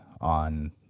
on